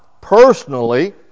personally